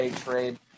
trade